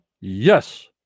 Yes